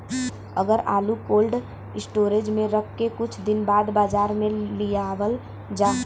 अगर आलू cold storage में रख के कुछ दिन बाद बाजार में लियावल जा?